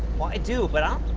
well, i do. but,